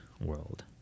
world